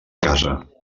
casa